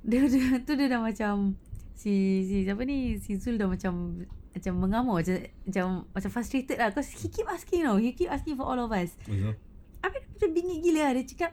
dia orang cakap dia dah macam si si siapa ni si zul dah macam macam mengamuk jer macam macam frustrated lah because he keep asking [tau] he keep asking for all of us habis kita bingit gila ah dia cakap